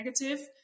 negative